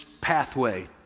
pathway